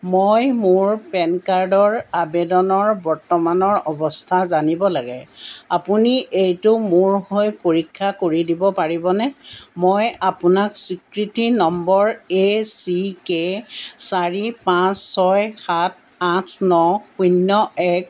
মই মোৰ পেন কাৰ্ডৰ আবেদনৰ বৰ্তমানৰ অৱস্থা জানিব লাগে আপুনি এইটো মোৰ হৈ পৰীক্ষা কৰি দিব পাৰিবনে মই আপোনাক স্বীকৃতি নম্বৰ এ চি কে চাৰি পাঁচ ছয় সাত আঠ ন শূন্য এক